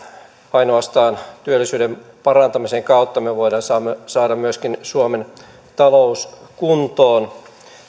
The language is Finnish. ainoastaan työllisyyden parantamisen kautta me voimme saada myöskin suomen talouden kuntoon